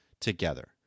together